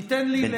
תיתן לי להשלים,